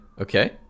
okay